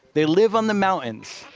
they live on the mountains.